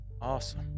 Awesome